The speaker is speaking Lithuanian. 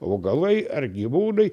augalai ar gyvūnai